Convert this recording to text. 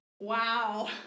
Wow